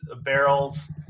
barrels